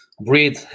Breathe